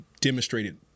demonstrated